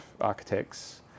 architects